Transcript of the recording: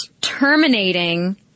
terminating